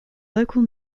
local